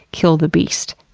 kill the beast!